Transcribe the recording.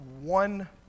one